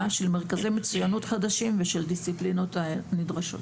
של מרכזי מצוינות חדשים ושל דיסציפלינות נדרשות.